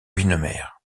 guynemer